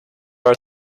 are